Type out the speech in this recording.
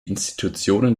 institutionen